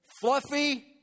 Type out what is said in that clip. fluffy